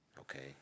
Okay